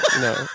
No